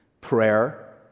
Prayer